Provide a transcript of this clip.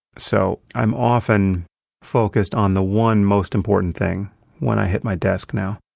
so i'm often focused on the one most important thing when i hit my desk now.